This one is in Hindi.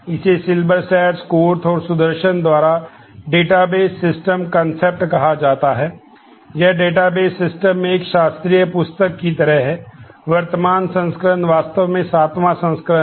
इसे Silberschatz Korth और Sudarshan द्वारा डेटाबेस सिस्टम कॉन्सेप्ट सिस्टम में एक शास्त्रीय पुस्तक की तरह है वर्तमान संस्करण वास्तव में सातवां संस्करण है